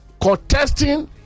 contesting